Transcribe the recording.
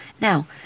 Now